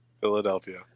Philadelphia